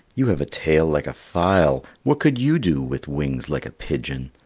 you have a tail like a file what could you do with wings like a pigeon?